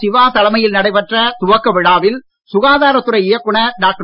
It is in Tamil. சிவா தலைமையில் நடைபெற்ற துவக்க விழாவில் சுகாதாரத்துறை இயக்குனர் டாக்டர்